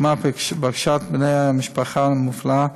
ניחמה ופגשה את בני המשפחה המופלאה,